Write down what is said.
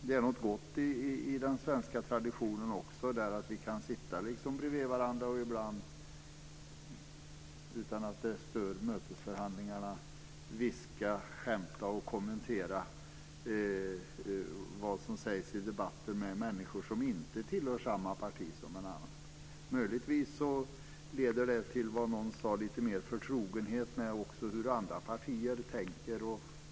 Det är något gott i den svenska traditionen också, i det här att vi kan sitta bredvid varandra och ibland, utan att det stör mötesförhandlingarna, viska, skämta och kommentera vad som sägs i debatten med människor som inte tillhör samma parti som vi själva. Möjligtvis leder det, som någon sade, också till lite mer förtrogenhet med hur andra partier tänker.